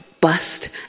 Bust